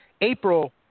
April